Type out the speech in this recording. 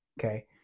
okay